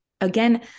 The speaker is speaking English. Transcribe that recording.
Again